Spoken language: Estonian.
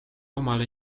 omal